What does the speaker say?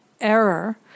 error